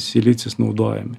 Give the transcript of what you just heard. silicis naudojami